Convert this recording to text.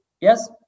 yes